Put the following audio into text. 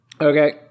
Okay